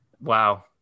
wow